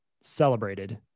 celebrated